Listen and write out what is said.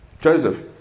Joseph